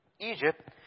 Egypt